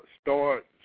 start